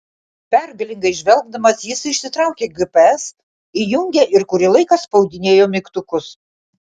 pergalingai žvelgdamas jis išsitraukė gps įjungė ir kurį laiką spaudinėjo mygtukus